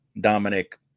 Dominic